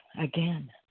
again